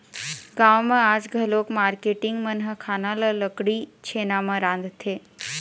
गाँव म आज घलोक मारकेटिंग मन ह खाना ल लकड़ी, छेना म रांधथे